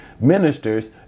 ministers